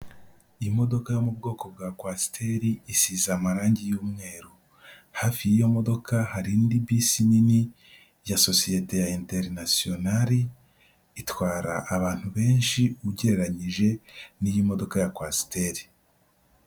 Imodoka yo mu bwoko bwa kwasiteri isize amarangi y'umweru. Hafi y'iyo modoka hari indi bisi nini ya sosiyete ya Interinasiyonali, itwara abantu benshi ugereranije n'iyi modoka ya kwasiteri.